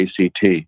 ACT